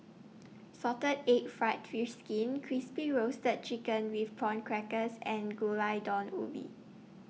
Salted Egg Fried Fish Skin Crispy Roasted Chicken with Prawn Crackers and Gulai Daun Ubi